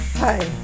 Hi